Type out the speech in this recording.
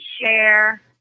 share